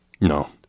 No